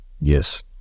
Yes